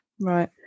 right